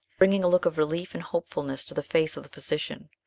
bringing a look of relief and hopefulness to the face of the physician.